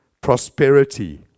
Prosperity